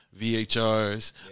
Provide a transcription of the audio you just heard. VHRs